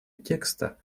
текста